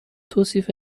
توصیف